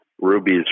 Ruby's